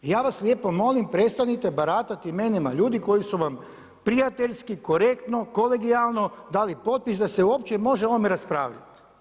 Ja vas lijepo molim prestanite baratati imenima ljudi koji su ma prijateljski, korektno, kolegijalno dali potpis da se uopće može o ovome raspravljati.